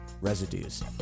Residues